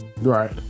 Right